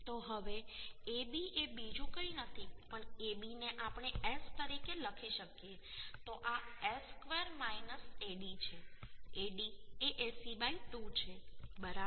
તો હવે AB એ બીજું કંઈ નથી પણ AB ને આપણે S તરીકે લખી શકીએ તો આ S ² AD છે AD એ AC 2 છે બરાબર